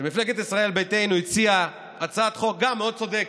מפלגת ישראל ביתנו הציעה הצעת חוק שגם היא מאוד צודקת,